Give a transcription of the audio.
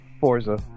Forza